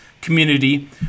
community